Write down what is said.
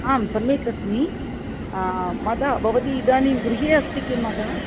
आं सम्यक् अस्मि मातः भवती इदानीं गृहे अस्ति किं मातः